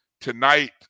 Tonight